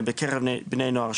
בקרב בני נוער,